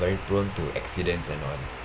very prone to accidents and all